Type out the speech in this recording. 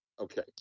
Okay